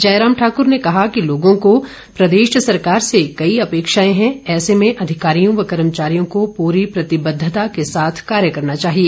जयराम ठाकुर ने कहा कि लोगों को प्रदेश सरकार से कई अपेक्षाएं हैं ऐसे में अधिकारियों व कर्मचारियों को पूरी प्रतिबद्वता के साथ कार्य करना चाहिए